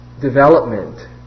development